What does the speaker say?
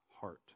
heart